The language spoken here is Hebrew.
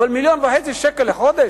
אבל 1.5 מיליון שקל לחודש?